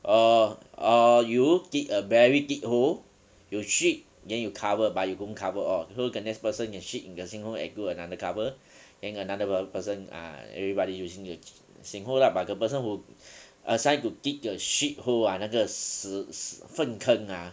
or or you dig a very deep hole you shit then you cover but you don't cover all so the next person can shit in the same hole and do another cover then another per~ person ah everybody using the same hole lah but the person who assigned to dig the shit hole ah 那个屎粪坑啊